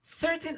certain